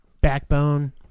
backbone